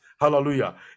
Hallelujah